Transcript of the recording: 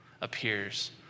appears